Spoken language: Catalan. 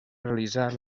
realitzar